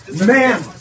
Ma'am